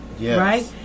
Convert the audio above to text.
Right